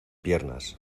piernas